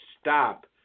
stop